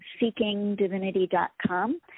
seekingdivinity.com